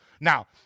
Now